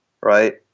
right